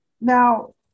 Now